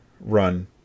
run